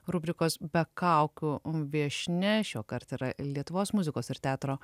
rubrikos be kaukių viešnia šiuokart yra lietuvos muzikos ir teatro